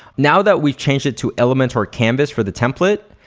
now that we've changed it to elementor canvas for the template,